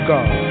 God